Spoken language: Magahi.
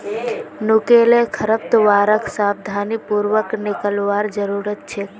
नुकीले खरपतवारक सावधानी पूर्वक निकलवार जरूरत छेक